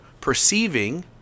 perceiving